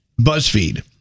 BuzzFeed